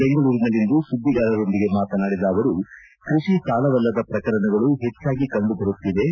ಬೆಂಗಳೂರಿನಲ್ಲಿಂದು ಸುದ್ದಿಗಾರರೊಂದಿಗೆ ಮಾತನಾಡಿದ ಅವರು ಕೃಷಿ ಸಾಲ ವಲ್ಲದ ಪ್ರಕರಣಗಳು ಹೆಚ್ಚಾಗಿ ಕಂಡುಬರುತ್ತಿವೆ